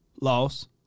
loss